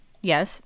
Yes